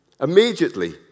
Immediately